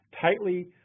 tightly